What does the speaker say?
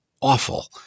awful